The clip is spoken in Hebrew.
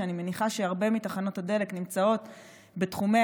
שאני מניחה שהרבה מתחנות הדלק נמצאות בתחומיה,